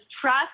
trust